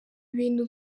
bintu